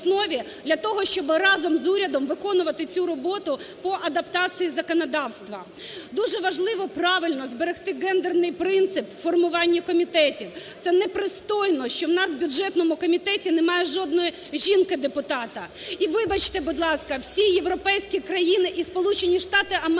для того, щоби разом з урядом виконувати цю роботу по адаптації законодавства. Дуже важливо правильно зберегти гендерний принцип формування комітетів. Це не пристойно, що у нас в бюджетному комітеті немає жодної жінки-депутати. І, вибачте, будь ласка, всі європейські країни і Сполучені Штати Америки